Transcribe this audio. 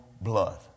blood